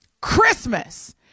Christmas